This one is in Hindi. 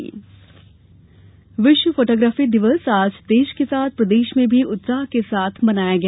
विश्व फोटोग्राफी दिवस विश्व फोटोग्राफी दिवस आज देश के साथ ही प्रदेश में भी उत्साह के साथ मनाया गया